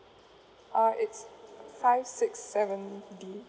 uh it's five six seven D